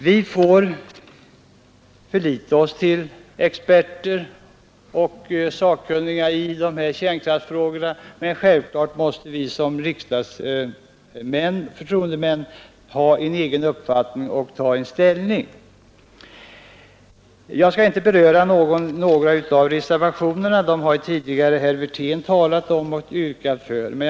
Vi får förlita oss på experter och sakkunniga i dessa kärnkraftfrågor, men självfallet måste vi som riksdagsmän — förtroendemän — ha en egen uppfattning och ta ställning. Jag skall inte närmare gå in på några av reservationerna. Herr Wirtén har tidigare talat om dem och yrkat bifall till en del av dem.